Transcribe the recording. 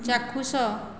ଚାକ୍ଷୁଷ